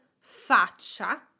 faccia